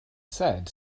said